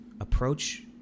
approach